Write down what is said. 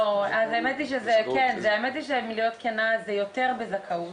לא, אז האמת היא שלהיות כנה זה יותר בזכאות,